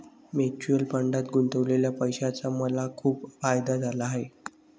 mutual फंडात गुंतवलेल्या पैशाचा मला खूप फायदा झाला आहे